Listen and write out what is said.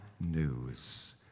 news